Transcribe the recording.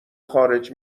خارج